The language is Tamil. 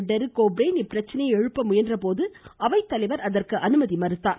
டெரிக் ஒப்ரைன் இப்பிரச்சினையை எழுப்ப முயன்றபோது அவைத்தலைவர் அதற்கு அனுமதி மறுத்தார்